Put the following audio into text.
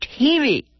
TV